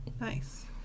Nice